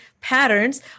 patterns